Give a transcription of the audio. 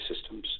systems